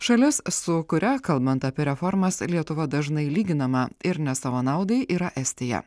šalis su kuria kalbant apie reformas lietuva dažnai lyginama ir ne savo naudai yra estija